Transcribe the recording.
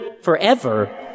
forever